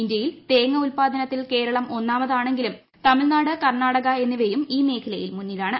ഇന്ത്യയിൽ തേങ്ങ ഉൽപാദനത്തിൽ കേരളം ഒന്നാമതാണെങ്കിലും തമിഴ്നാട് കർണ്ണൂട്ടക എന്നിവയും ഈ മേഖലയിൽ മുന്നിലാണ്